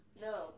No